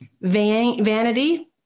Vanity